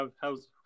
how's